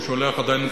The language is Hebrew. והוא שולח עדיין,